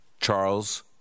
Charles